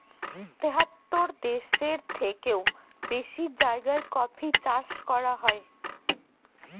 তেহাত্তর দেশের থেকেও বেশি জায়গায় কফি চাষ করা হয়